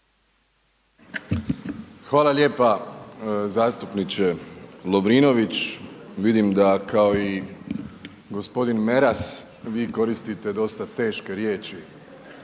Hvala lijepo, zastupniče